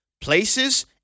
places